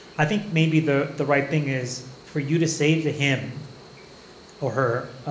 i think maybe the the right thing is for you to say to him or her,